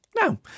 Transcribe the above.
Now